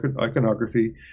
iconography